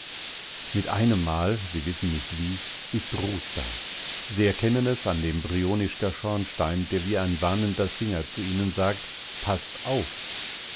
mit einemmal sie wissen nicht wie ist ruß da sie erkennen es an dem brionischker schornstein der wie ein warnender finger zu ihnen sagt paßt auf